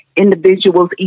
individuals